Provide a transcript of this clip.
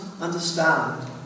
understand